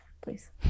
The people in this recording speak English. Please